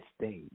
stage